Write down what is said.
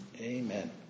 Amen